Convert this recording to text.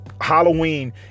Halloween